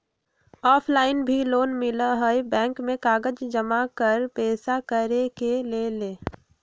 Offline भी loan मिलहई bank में कागज जमाकर पेशा करेके लेल?